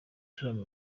bitaramo